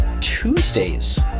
Tuesdays